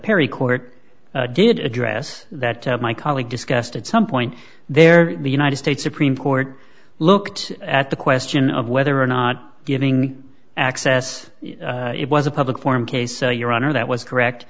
perry court did address that my colleague discussed at some point there the united states supreme court looked at the question of whether or not giving access it was a public forum case your honor that was correct